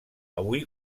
avui